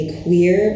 queer